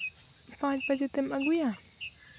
ᱯᱟᱸᱪ ᱵᱟᱡᱮ ᱛᱮᱢ ᱟᱹᱜᱩᱭᱟ